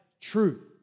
truth